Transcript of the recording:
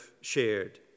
shared